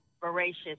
voracious